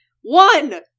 One